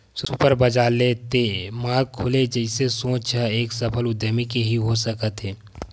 super बजार ते mall खोले जइसे सोच ह एक सफल उद्यमी के ही हो सकत हे